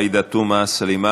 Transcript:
חברת הכנסת עאידה תומא סלימאן,